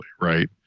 right